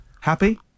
happy